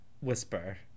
whisper